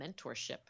mentorship